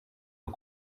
nos